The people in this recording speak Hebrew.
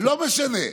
לא משנה.